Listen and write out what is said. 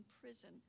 prison